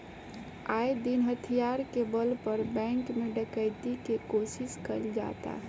आये दिन हथियार के बल पर बैंक में डकैती के कोशिश कईल जाता